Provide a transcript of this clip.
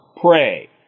pray